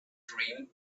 dream